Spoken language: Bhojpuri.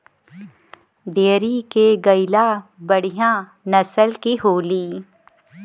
डेयरी के गईया बढ़िया नसल के होली